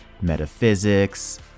metaphysics